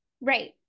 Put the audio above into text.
Right